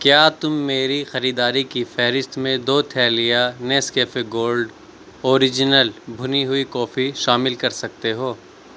کیا تم میری خریداری کی فہرست میں دو تھیلیاں نیسکیفے گولڈ اوریجنل بھنی ہوئی کافی شامل کر سکتے ہو